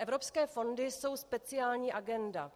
Evropské fondy jsou speciální agenda.